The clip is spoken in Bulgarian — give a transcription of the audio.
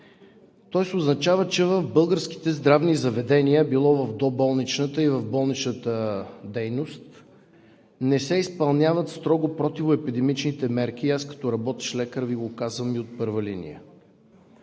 Тоест, означава, че в българските здравни заведения, било в доболничната и в болничната дейност, не се изпълняват строго противоепидемичните мерки. Аз като работещ лекар Ви го казвам и от първа линия.